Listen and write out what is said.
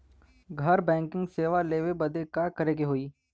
घर बैकिंग सेवा लेवे बदे का करे के होई?